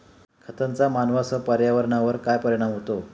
खतांचा मानवांसह पर्यावरणावर काय परिणाम होतो?